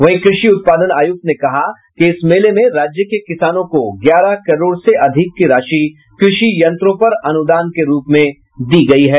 वहीं कृषि उत्पादन आयुक्त ने कहा कि इस मेले में राज्य के किसानों को ग्यारह करोड़ से अधिक की राशि कृषि यंत्रों पर अनुदान के रूप में दी गयी है